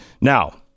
Now